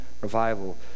revival